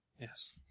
Yes